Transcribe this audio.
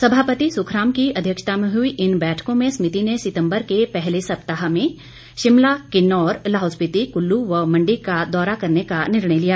सभापति सुखराम की अध्यक्षता में हई इन बैठकों में समिति ने सितम्बर के पहले सप्ताह में शिमला किन्नौर लाहौल स्पिति कुल्लू व मण्डी का दौरा करने का निर्णय लिया